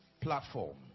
platform